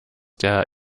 der